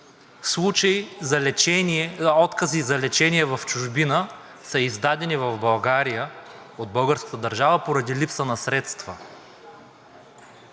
случаи с откази за лечение в чужбина са издадени в България – от българската държава, поради липса на средства?